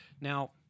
Now